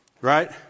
Right